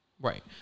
Right